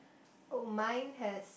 oh mine has